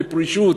בפרישות,